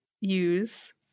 use